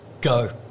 Go